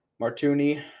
Martuni